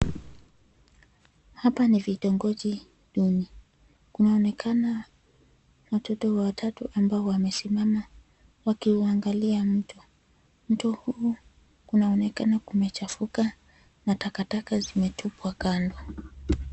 Hapa ni vitongoji duni, kunaonekana watoto watatu ambao wamesimama wakiuangalia mto. Mto huu kunaonekana kumechafuka na takataka zimetupwa kando.